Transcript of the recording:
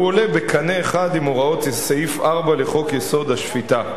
והוא עולה בקנה אחד עם הוראות סעיף 4 לחוק-יסוד: השפיטה.